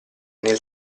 nel